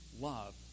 love